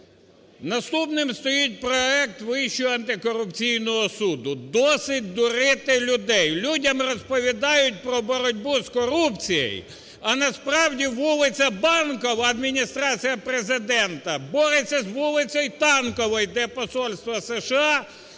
Наступний стоїть проект Вищого антикорупційного суду. Досить дурити людей, людям розповідають про боротьбу з корупцією, а насправді вулиця Банкова Адміністрація Президента бореться з вулицею Танковою, де посольство США,